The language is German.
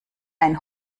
ein